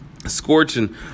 Scorching